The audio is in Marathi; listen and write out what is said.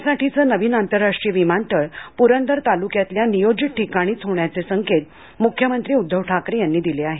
पुण्यासाठीचं नवीन आंतरराष्ट्रीय विमानतळ पुरंदर तालुक्यातल्या नियोजित ठिकाणीच होण्याचे संकेत मुख्यमंत्री उद्धव ठाकरे यांनी दिले आहेत